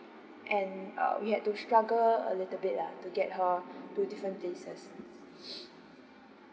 and uh we had to struggle a little bit lah to get her to different places